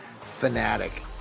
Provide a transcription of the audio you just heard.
fanatic